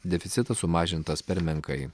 deficitas sumažintas per menkai